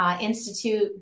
Institute